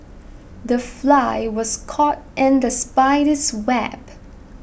the fly was caught in the spider's web